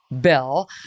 bill